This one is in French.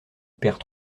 perd